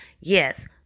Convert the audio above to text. yes